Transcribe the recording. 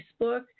Facebook